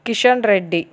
Kishan Reddy